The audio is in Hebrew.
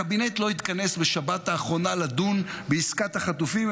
הקבינט לא התכנס בשבת האחרונה לדון בעסקת החטופים.